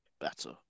better